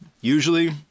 Usually